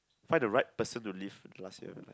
find the right person to leave the last year of life